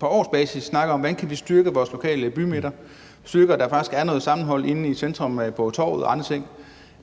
på årsbasis snakker om, hvordan de kan styrke deres lokale bymidter og sørge for, at der faktisk er noget sammenhold inde i centrum, på torvet og andre steder.